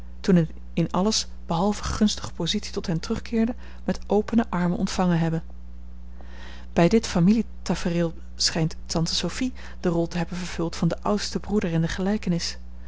toen het in alles behalve gunstige positie tot hen terugkeerde met opene armen ontvangen hebben bij dit familietafereel schijnt tante sophie de rol te hebben vervuld van den oudsten broeder in de gelijkenis